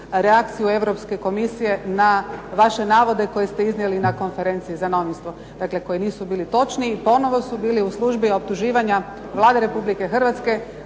oštru Europske komisije na vaše navode koje ste iznijeli na konferenciji za novinstvo, dakle koji nisu bili točni i ponovo su bili u službi optuživanja Vlade Republike Hrvatske